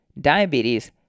diabetes